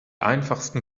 einfachsten